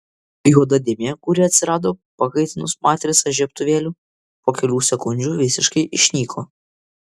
juoda dėmė kuri atsirado pakaitinus matricą žiebtuvėliu po kelių sekundžių visiškai išnyko